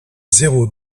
zéro